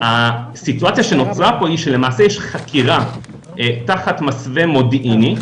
הסיטואציה שנוצרה פה היא שלמעשה יש חקירה תחת מסווה מודיעיני,